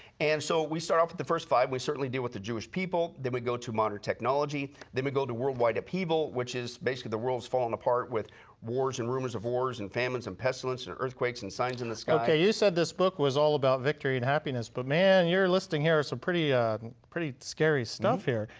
and so, we start off with the first five. we certainly deal with the jewish people. then we go to modern technology. then we go to worldwide upheaval, which is basically the world is falling apart with wars, and rumors of wars, and famines, and pestilence, and earthquakes, and signs in the sky. ok, you said this book was all about victory and happiness, but man you're listing here some pretty pretty scary stuff here.